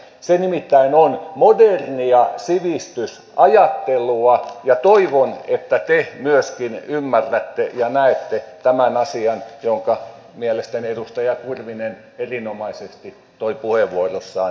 se nimittäin on modernia sivistysajattelua ja toivon että myöskin te ymmärrätte ja näette tämän asian jonka mielestäni edustaja kurvinen erinomaisesti toi puheenvuorossaan esille